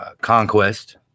conquest